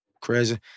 crazy